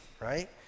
right